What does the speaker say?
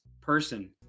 person